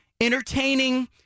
entertaining